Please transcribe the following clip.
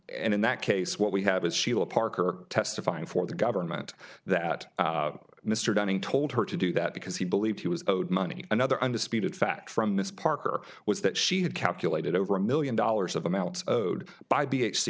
and in that case what we have is sheila parker testifying for the government that mr dunning told her to do that because he believed he was owed money another undisputed fact from miss parker was that she had calculated over a million dollars of amounts of food by b